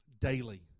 daily